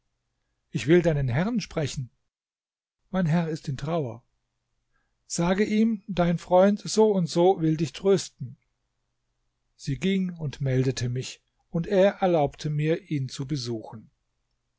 ich will deinen herrn sprechen mein herr ist in trauer sage ihm dein freund n n will dich trösten sie ging und meldete mich und er erlaubte mir ihn zu besuchen